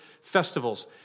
festivals